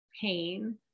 pain